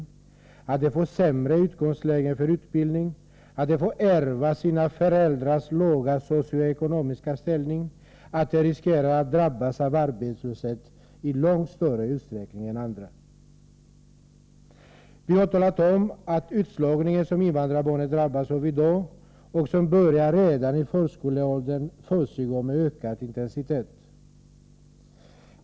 De riskerar att få sämre utgångsläge för utbildning, att få ärva sina föräldrars låga socio-ekonomiska ställning, och de riskerar att drabbas av arbetslöshet i långt större utsträckning än andra. Vi har talat om att den utslagning som invandrarbarnen drabbas av i dag och som börjar redan i förskoleåldern försiggår med ökad intensitet.